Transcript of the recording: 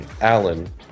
Alan